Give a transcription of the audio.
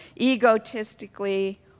Egotistically